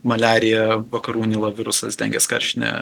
maliarija vakarų nilo virusas dengės karštinė